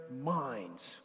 minds